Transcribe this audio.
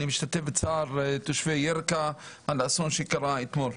אני משתתף בצער תושבי ירכא על האסון שקרה אתמול.